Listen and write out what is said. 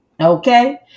Okay